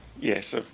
Yes